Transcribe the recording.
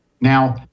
Now